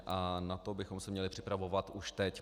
A na to bychom se měli připravovat už teď.